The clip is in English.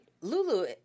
Lulu